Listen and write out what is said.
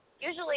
usually